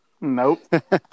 Nope